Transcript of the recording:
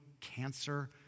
cancer